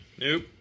Nope